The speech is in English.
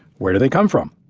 where do they come from?